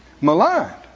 maligned